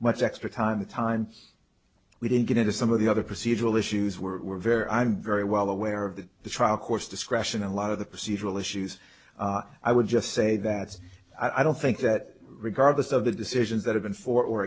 much extra time the time we didn't get into some of the other procedural issues were very i'm very well aware of the trial course discretion and a lot of the procedural issues i would just say that i don't think that regardless of the decisions that have been for or